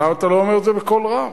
אבל למה אתה לא אומר את זה בקול רם?